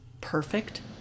perfect